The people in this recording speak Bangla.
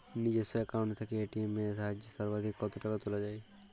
নিজস্ব অ্যাকাউন্ট থেকে এ.টি.এম এর সাহায্যে সর্বাধিক কতো টাকা তোলা যায়?